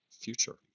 future